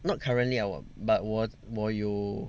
not currently ah 我 but 我我有